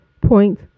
Point